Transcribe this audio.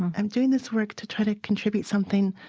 i'm doing this work to try to contribute something